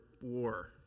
war